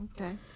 okay